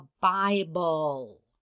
Bible